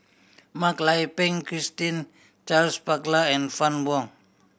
Mak Lai Peng Christine Charles Paglar and Fann Wong